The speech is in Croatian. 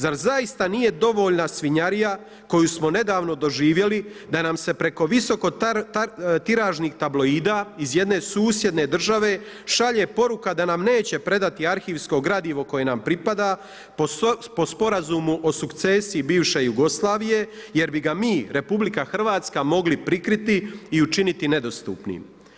Zar zaista nije dovoljna svinjarija koju smo nedavno doživjeli da nam se preko visoko tiražnih tabloida iz jedne susjedne države šalje poruka da nam neće predati arhivsko gradivo koje nam pripada po Sporazumu o sukcesiji bivše Jugoslavije jer bi ga mi RH mogli prikriti i učiniti nedostupnim.